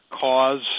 cause